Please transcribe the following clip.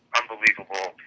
unbelievable